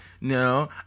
no